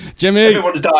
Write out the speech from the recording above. Jimmy